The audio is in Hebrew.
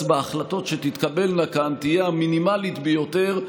בהחלטות שתתקבלנה כאן תהיה המינימלית ביותר,